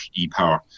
ePower